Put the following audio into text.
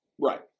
Right